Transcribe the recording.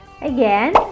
Again